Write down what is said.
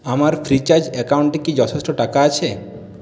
আমার ফ্রিচার্জ অ্যাকাউন্টে কি যথেষ্ট টাকা আছে